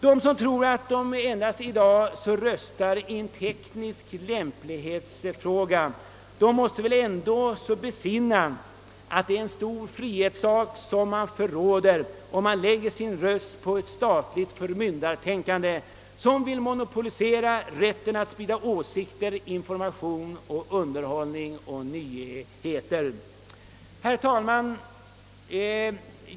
De som tror att de i dag endast skall rösta i en teknisk lämplighetsfråga får dock inte glömma bort, att det är en stor frihetssak man förråder, om man lägger sin röst för ett statligt förmyndartänkande, som vill monopolisera rätten att sprida åsikter, information, underhållning och nyheter. Herr talman!